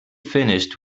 finished